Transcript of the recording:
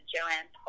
Joanne